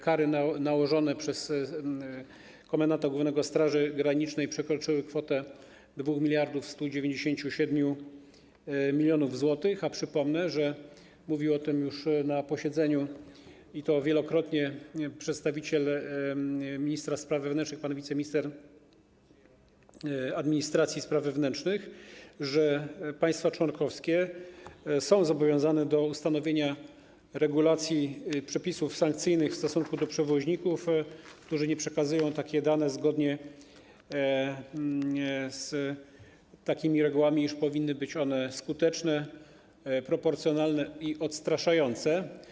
Kary nałożone przez komendanta głównego Straży Granicznej przekroczyły kwotę 2197 mln zł, a przypomnę, bo mówił już o tym na posiedzeniu i to wielokrotnie przedstawiciel ministra spraw wewnętrznych, pan wiceminister administracji i spraw wewnętrznych, że państwa członkowskie są zobowiązane do ustanowienia regulacji przepisów sankcyjnych w stosunku do przewoźników, którzy nie przekazują takich danych zgodnie z regułami, i powinny być one skuteczne, proporcjonalne i odstraszające.